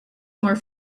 more